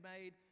made